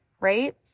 right